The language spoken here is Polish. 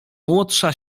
młodsza